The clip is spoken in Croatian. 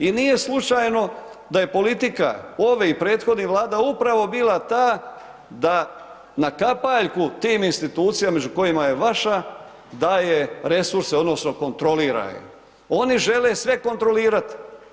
I nije slučajno da je politika ove i prethodnih Vlada upravo bila ta da na kapaljku tim institucijama među kojima je vaša daje resurse, odnosno kontrolira je, oni žele sve kontrolirati.